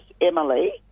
emily